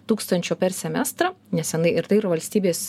tūkstančio per semestrą neseniai ir tai ir valstybės